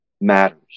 matters